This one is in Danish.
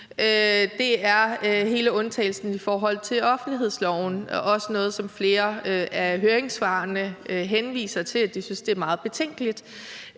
– er hele undtagelsen i forhold til offentlighedsloven. Det er også noget, som flere af høringssvarene henviser til, altså at de synes, det er meget betænkeligt.